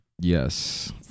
Yes